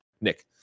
Nick